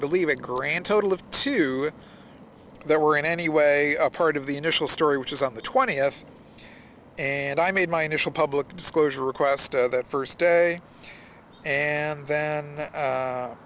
believe a grand total of two there were in any way a part of the initial story which is on the twenty s and i made my initial public disclosure request that first day and then